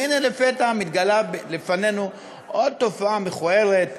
והנה לפתע מתגלה לפנינו עוד תופעה מכוערת קשה.